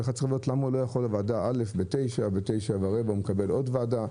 למה הוא לא יכול להגיע לוועדה א' בשעה 9 ובשעה 9:15 לוועדה ב'?